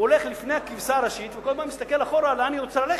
הוא הולך לפני הכבשה הראשית וכל הזמן מסתכל אחורה לאן היא רוצה ללכת,